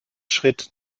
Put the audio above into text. schritt